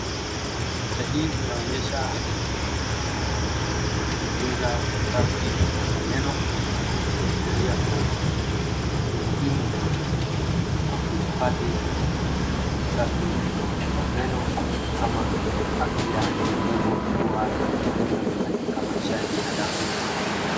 Picha hii inonyesha kutunza usafi wa meno ikiashiria tu umuhimu wa kuhifadhi usafi wa meno ama afya ya meno kuwa ni muhimu katika maisha ya binadamu.